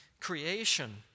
creation